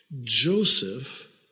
Joseph